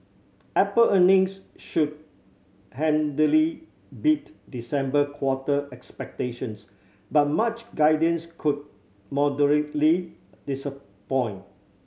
apple earnings should handily beat December quarter expectations but March guidance could moderately disappoint